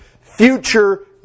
future